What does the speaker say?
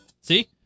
See